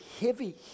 heavy